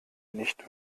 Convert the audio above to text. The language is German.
nicht